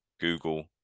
Google